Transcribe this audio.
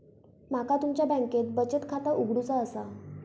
माका तुमच्या बँकेत बचत खाता उघडूचा असा?